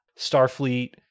Starfleet